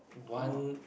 no